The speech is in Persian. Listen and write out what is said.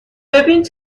ببین